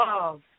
love